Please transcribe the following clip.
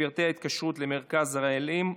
פרטי התקשרות למרכז רעלים),